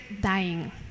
dying